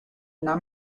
una